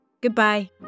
Goodbye